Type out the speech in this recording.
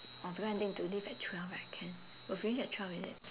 oh because I need to leave at twelve right can we'll finish at twelve is it